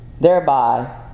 thereby